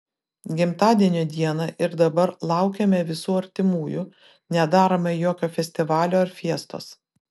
gimtadienio dieną ir dabar laukiame visų artimųjų nedarome jokio festivalio ar fiestos